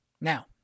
now